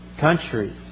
countries